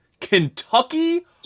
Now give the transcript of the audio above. Kentucky